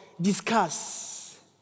discuss